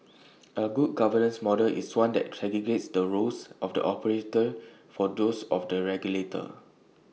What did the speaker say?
A good governance model is one that segregates the roles of the operator from those of the regulator